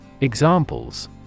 Examples